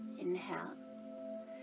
Inhale